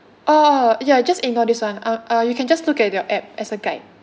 oh oh ya just ignore this one uh uh you can just look at your app as a guide